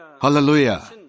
Hallelujah